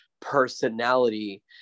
personality